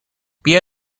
بیا